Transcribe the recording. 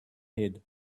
head